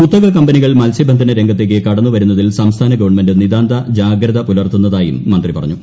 കുത്തക കമ്പനികൾ മത്സ്യബന്ധന രംഗത്തേക്ക് കടന്നുവരുന്നതിൽ സംസ്ഥാന ഗവൺമെന്റ് നിതാന്ത ജാഗ്രത പുലർത്തുന്നതായും മന്ത്രി പറഞ്ഞു